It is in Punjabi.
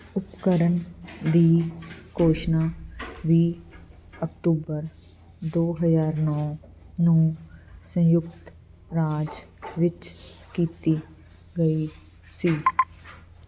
ਉਪਕਰਣ ਦੀ ਘੋਸ਼ਣਾ ਵੀਹ ਅਕਤੂਬਰ ਦੋ ਹਜ਼ਾਰ ਨੌਂ ਨੂੰ ਸੰਯੁਕਤ ਰਾਜ ਵਿੱਚ ਕੀਤੀ ਗਈ ਸੀ